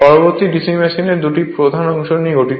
পরবর্তী DC machine দুটি প্রধান অংশ নিয়ে গঠিত